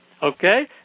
Okay